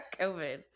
COVID